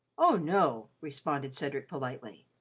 oh, no, responded cedric politely.